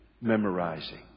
Memorizing